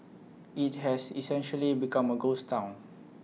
IT has essentially become A ghost Town